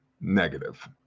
negative